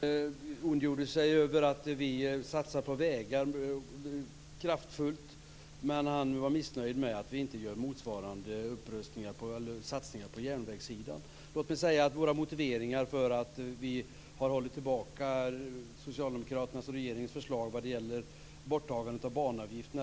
Fru talman! Arnesson ondgjorde sig över att vi satsar kraftfullt på vägar, men var missnöjd över att vi inte gör motsvarande satsningar på järnvägen. Låt mig säga att vi har hållit tillbaka socialdemokraternas och regeringens förslag vad gäller